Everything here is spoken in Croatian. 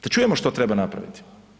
Da čujemo što treba napraviti.